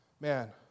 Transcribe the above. man